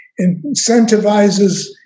incentivizes